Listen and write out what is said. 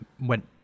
went